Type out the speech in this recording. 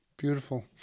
Beautiful